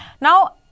Now